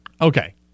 okay